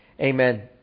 Amen